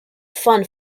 fund